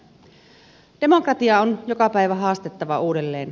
demokratiaa on joka päivä haastettava uudelleen